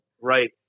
Right